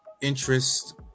interest